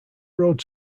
road